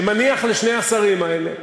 שמניח לשני השרים האלה,